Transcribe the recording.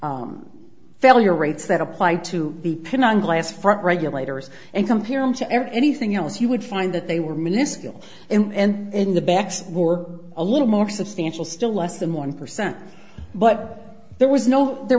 failure rates that apply to the pin on glass front regulators and compare them to anything else you would find that they were miniscule and in the backs were a little more substantial still less than one percent but there was no there